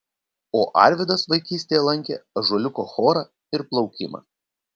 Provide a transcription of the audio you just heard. o arvydas vaikystėje lankė ąžuoliuko chorą ir plaukimą